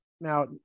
Now